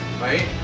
right